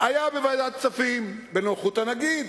היה בוועדת הכספים בנוכחות הנגיד,